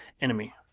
enemy